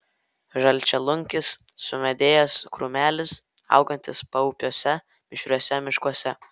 žalčialunkis sumedėjęs krūmelis augantis paupiuose mišriuose miškuose